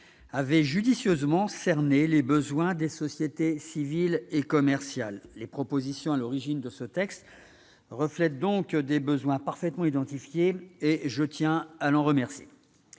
avait judicieusement cerné les besoins des sociétés civiles et commerciales. Les propositions à l'origine de ce texte reflètent des besoins parfaitement identifiés ; je tiens à l'en remercier.